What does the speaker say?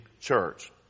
church